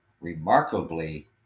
remarkably